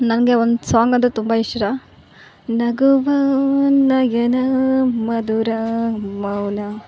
ನನಗೆ ಒಂದು ಸಾಂಗ್ ಅಂದರೆ ತುಂಬ ಇಷ್ಟ ನಗುವಾ ನಯನಾ ಮಧುರಾ ಮೌನ